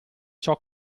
ciò